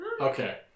Okay